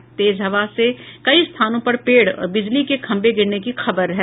यहां तेज हवा से कई स्थानों पर पेड़ और बिजली के खम्भे गिरने की खबर है